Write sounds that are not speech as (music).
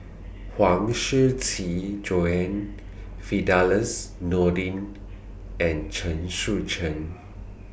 (noise) Huang Shiqi Joan Firdaus Nordin and Chen Sucheng